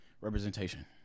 Representation